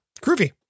Groovy